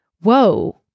whoa